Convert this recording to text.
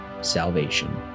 Salvation